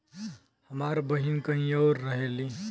हमार बहिन कहीं और रहेली